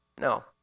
No